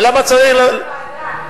ולמה צריך, לוועדה.